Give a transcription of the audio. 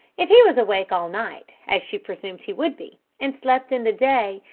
if he was awake all night as she presumed he would be, and slept in the day,